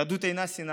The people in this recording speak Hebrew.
יהדות אינה שנאה.